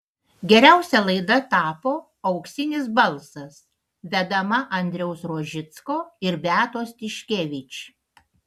geriausia laida tapo auksinis balsas vedama andriaus rožicko ir beatos tiškevič